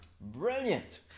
Brilliant